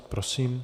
Prosím.